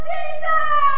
Jesus